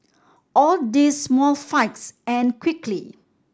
all these small fights end quickly